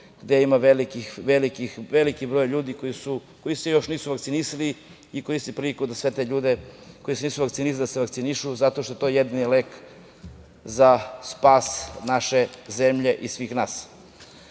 gde ima veliki broj ljudi koji se još uvek nisu vakcinisali. Koristim priliku da sve te ljude koji se nisu vakcinisali pozovem da se vakcinišu, zato što je to jedini lek za spas naše zemlje i svih